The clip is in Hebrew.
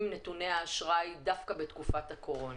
נתוני האשראי דווקא בתקופת הקורונה,